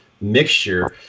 mixture